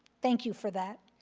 thank you for that.